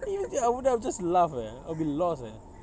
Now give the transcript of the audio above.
seriously I would have just laughed eh I'd be lost eh